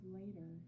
later